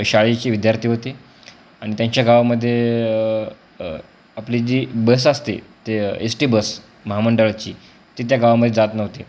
शाळेचे विद्यार्थी होते आणि त्यांच्या गावामध्ये आपली जी बस असते ते एस टी बस महामंडळाची ती त्या गावामध्ये जात नव्हती